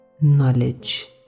knowledge